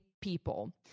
people